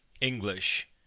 English